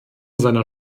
seiner